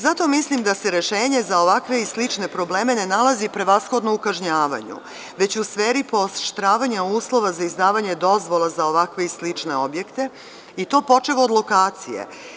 Zato mislim da se rešenje za ovakve i slične probleme ne nalazi prevashodno u kažnjavanju, već u sferi pooštravanja uslova za izdavanje dozvola za ovakve i slične objekte, i to počev od lokacije.